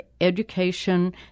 education